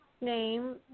name